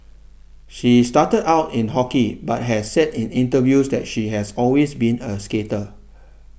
she started out in hockey but has said in interviews that she has always been a skater